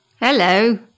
Hello